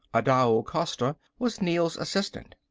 adao costa was neel's assistant.